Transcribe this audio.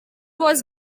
was